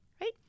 right